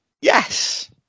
Yes